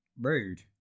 rude